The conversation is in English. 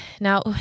Now